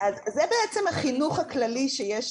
אז זה בעצם החינוך הכללי שיש